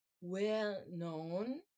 well-known